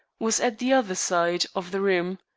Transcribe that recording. was at the other side of the room.